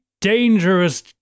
dangerous